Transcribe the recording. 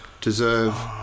deserve